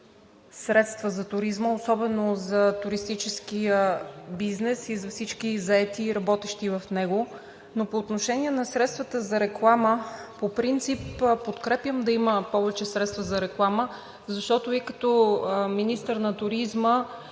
средства за туризма, особено за туристическия бизнес и за всички заети и работещи в него. Но по отношение на средствата за реклама – по принцип подкрепям да има повече средства за реклама, защото и като министър на туризма,